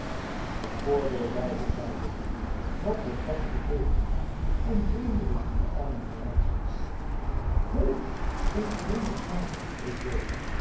voor den duivel zeide hij wat heeft dat te beteekenen een vreemdeling in de armen van madzy hulp in s hemels naam riep deze